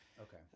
Okay